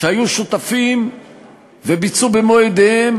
שהיו שותפים וביצעו במו ידיהם